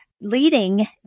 leading